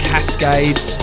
Cascades